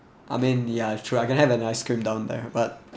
I mean ya true I can have an ice cream down there but